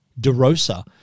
Derosa